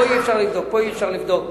פה אי-אפשר לבדוק, פה אי-אפשר לבדוק.